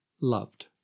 loved